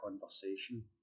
conversation